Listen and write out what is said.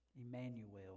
Emmanuel